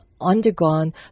undergone